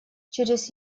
через